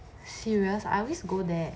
serious I always go there